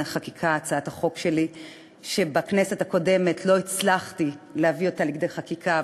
חקיקה הצעת חוק שלי שבכנסת הקודמת לא הצלחתי להביא אותה לכדי חקיקה,